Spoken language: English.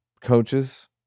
coaches